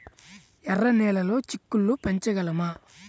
ఎర్ర నెలలో చిక్కుళ్ళు పెంచగలమా?